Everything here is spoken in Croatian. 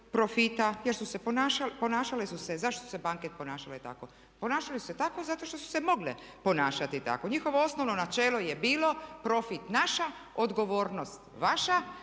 profita jer su se ponašale, ponašale su se. Zašto su se banke ponašale tako? Ponašale su se tako zato što su se mogle ponašati tako. Njihovo osnovno načelo je bilo profit naša, odgovornost vaša,